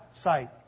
sight